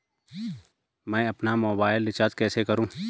मैं अपना mobile recharge कैसे करूँ?